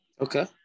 Okay